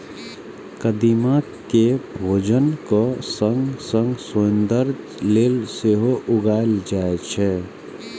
कदीमा कें भोजनक संग संग सौंदर्य लेल सेहो उगायल जाए छै